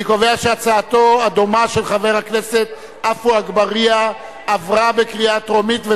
אני קובע שהצעתה של חברת הכנסת חוטובלי אף היא עברה בקריאה טרומית,